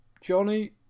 Johnny